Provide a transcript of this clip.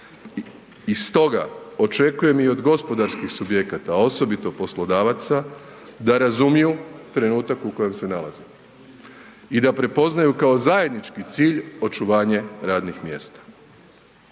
I stoga očekujem i od gospodarskih subjekata, a osobito poslodavaca da razumiju trenutak u kojem se nalazimo i da prepoznaju kao zajednički cilj očuvanje radnih mjesta.